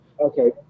okay